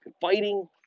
fighting